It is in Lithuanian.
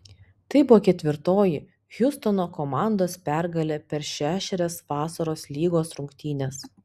tai buvo ketvirtoji hjustono komandos pergalė per šešerias vasaros lygos rungtynes